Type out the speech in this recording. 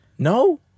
No